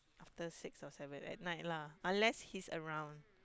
after six or seven at night lah unless he is around